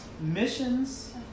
missions